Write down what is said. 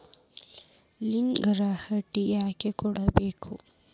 Loan guarantee ಯಾಕ್ ಕೊಡ್ಬೇಕು?